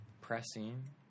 pressing